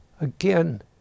again